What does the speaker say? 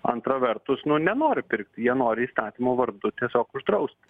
antra vertus nu nenori pirkt jie nori įstatymo vardu tiesiog uždraust